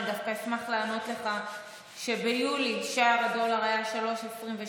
אני דווקא אשמח לענות לך שביולי שער הדולר היה 3.22,